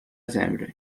землю